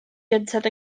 gynted